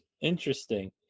interesting